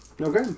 Okay